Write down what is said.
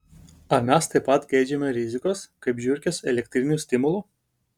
ar mes taip pat geidžiame rizikos kaip žiurkės elektrinių stimulų